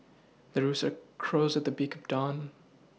the rooster crows at the big down